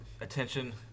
Attention